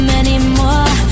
anymore